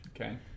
Okay